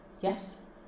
Yes